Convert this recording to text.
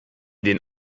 den